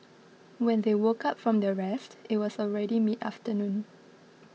when they woke up from their rest it was already mid afternoon